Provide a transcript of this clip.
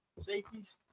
safeties